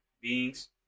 beings